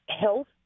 health